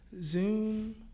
Zoom